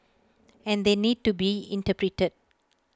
and they need to be interpreted